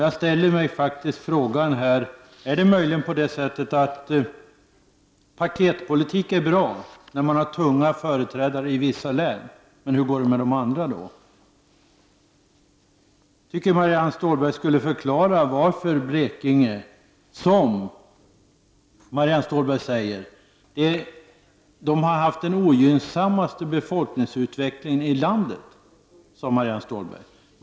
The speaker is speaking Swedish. Jag ställer mig frågan: Är det möjligen så att paketpolitik är bra när man har tunga företrädare i vissa län? Hur går det med de andra? Jag tycker att Marianne Stålberg skulle kunna förklara. Hon säger att Blekinge har haft den ogynnsammaste befolkningsutvecklingen i landet.